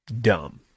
Dumb